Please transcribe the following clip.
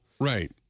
Right